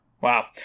Wow